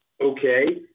okay